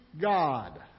God